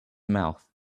mouth